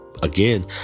again